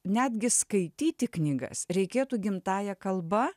netgi skaityti knygas reikėtų gimtąja kalba